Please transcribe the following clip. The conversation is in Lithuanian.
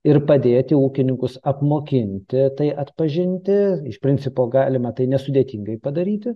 ir padėti ūkininkus apmokinti tai atpažinti iš principo galima tai nesudėtingai padaryti